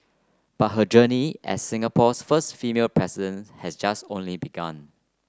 but her journey as Singapore's first female presidents has just only begun